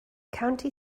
county